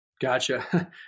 Gotcha